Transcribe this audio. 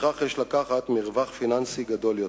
ולפיכך יש לקחת מרווח פיננסי גדול יותר.